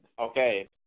Okay